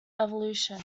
evolution